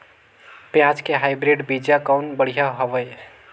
पियाज के हाईब्रिड बीजा कौन बढ़िया हवय?